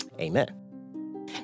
Amen